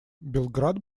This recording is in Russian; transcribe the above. белград